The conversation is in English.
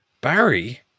Barry